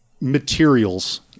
materials